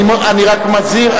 אני רק מזהיר,